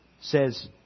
Says